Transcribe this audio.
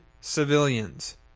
civilians